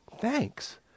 Thanks